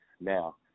now